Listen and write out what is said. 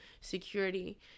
security